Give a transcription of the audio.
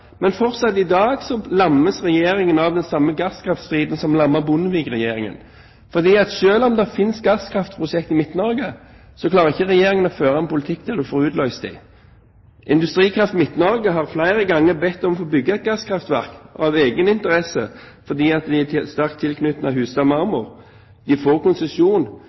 Fortsatt lammes Regjeringen av den samme gasskraftstriden som lammet Bondevik-regjeringen. Selv om det finnes gasskraftprosjekter i Midt-Norge, klarer ikke Regjeringen å føre en politikk som utløser dem. Industrikraft Midt-Norge har av egen interesse flere ganger bedt om å få bygge et gasskraftverk, fordi de er sterkt tilknyttet Hustadmarmor. De får konsesjon, men utslippsløyvet deres fra Miljøverndepartementet er